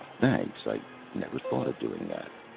thanks. i never thought of doing that.